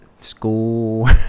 school